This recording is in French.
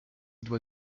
doit